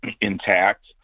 intact